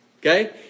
Okay